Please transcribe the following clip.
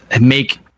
make